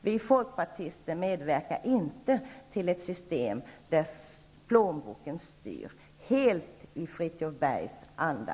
Vi folkpartister medverkar inte till ett system där plånboken styr helt i Fridtjuv Bergs anda.